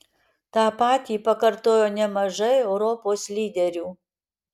tą patį pakartojo nemažai europos lyderių